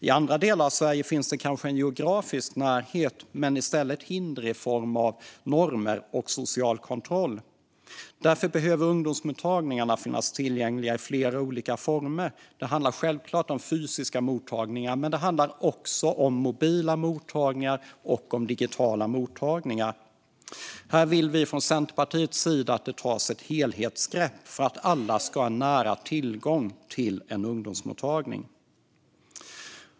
I andra delar av Sverige finns det kanske en geografisk närhet men i stället hinder i form av normer och social kontroll. Därför behöver ungdomsmottagningarna finnas tillgängliga i flera olika former. Det handlar självklart om fysiska mottagningar, men det handlar också om mobila mottagningar och om digitala mottagningar. Här vill vi från Centerpartiet att det tas ett helhetsgrepp för att alla ska ha nära tillgång till en ungdomsmottagning.